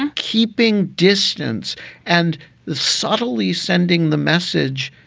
and keeping distance and subtly sending the message,